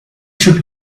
should